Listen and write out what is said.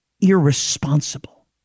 irresponsible